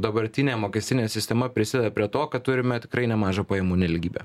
dabartinė mokestinė sistema prisideda prie to kad turime tikrai nemažą pajamų nelygybę